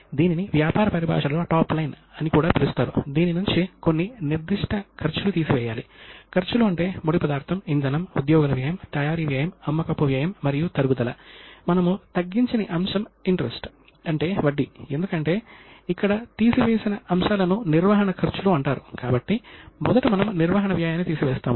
ఇది చాలా సాంప్రదాయ ఛాయాచిత్రం ఇక్కడ చోపాడీలను ఎలా ఆరాధించేవారో మరియు తరువాత దీపావళి సందర్భంగా కొత్త చోపాడీలు ఎలా ప్రారంభించేవారో మీరు చూడవచ్చు